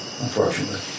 unfortunately